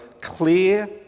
Clear